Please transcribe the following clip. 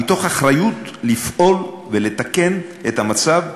מתוך אחריות לפעול ולתקן את המצב,